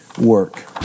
work